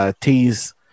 Tease